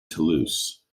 toulouse